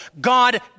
God